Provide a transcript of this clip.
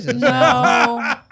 No